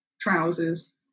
trousers